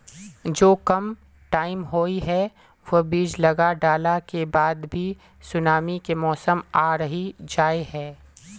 जो कम टाइम होये है वो बीज लगा डाला के बाद भी सुनामी के मौसम आ ही जाय है?